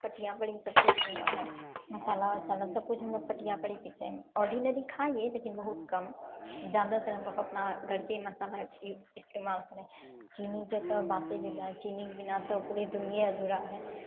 पटिया पर ही सबकिछु हुए है मशाला वशाला सबकिछु हमलोग पटिया पर ही पीसै हीयै ऑर्डिनरी खाइ हीयै लेकिन बहुत कम जादातर हमलोग अपना घरके ही मशाला इस्तमाल करय चीनीके तऽ बाते जुदा है चीनीके बिना तऽ पूरा दुनिये अधूरा है